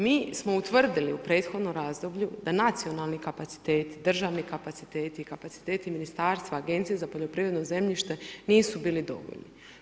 Mi smo utvrdili u prethodnom razdoblju da nacionalni kapaciteti, državni kapaciteti i kapacitet ministarstva, Agencije za poljoprivredno zemljište nisu bili dovoljni.